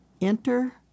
Enter